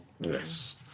Yes